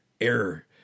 error